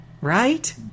Right